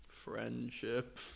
friendship